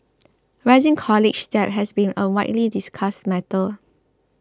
rising college debt has been a widely discussed matter